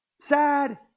sad